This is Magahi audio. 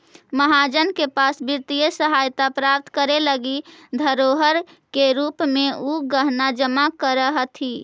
महाजन के पास वित्तीय सहायता प्राप्त करे लगी धरोहर के रूप में उ गहना जमा करऽ हथि